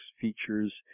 features